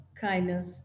kindness